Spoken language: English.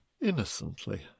innocently